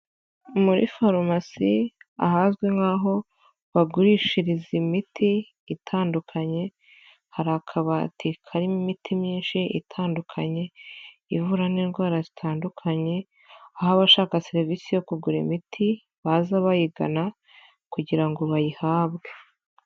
Muri farumasi ahazwi nk'aho bagurishiriza imiti itandukanye, hari akabati karimo imiti myinshi itandukanye, ivura n'indwara zitandukanye aho abashaka serivisi yo kugura imiti baza bayigana kugira ngo bayihabwe.